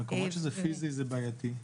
במקומות שזה פיזי זה בעייתי.